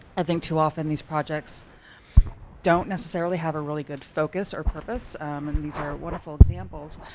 i think too often these projects don't necessarily have a really good focus or purpose and these are wonderful examples.